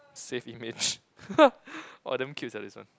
save image !wah! damn cute sia this one